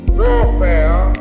warfare